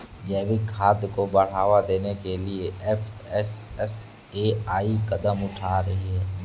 जैविक खाद को बढ़ावा देने के लिए एफ.एस.एस.ए.आई कदम उठा रही है